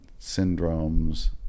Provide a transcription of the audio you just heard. syndromes